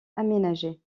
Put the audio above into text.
aménagés